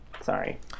sorry